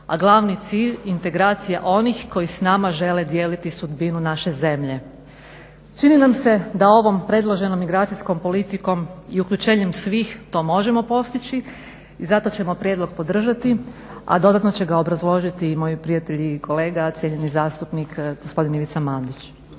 a glavni cilj integracija onih koji s nama žele dijeliti sudbinu naše zemlje. Čini nam se da ovom predloženom migracijskom politikom i uključenjem svih to možemo postići i zato ćemo prijedlog podržati, a dodatno će ga obrazložiti i moj prijatelj i kolega cijenjeni zastupnik gospodin Ivica Mandić.